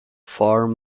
farm